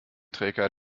trägheit